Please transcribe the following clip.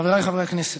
חבריי חברי הכנסת,